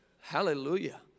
Hallelujah